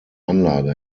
anlage